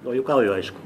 nu juokauju aišku